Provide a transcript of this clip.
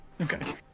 Okay